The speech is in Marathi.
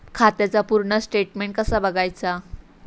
खात्याचा पूर्ण स्टेटमेट कसा बगायचा?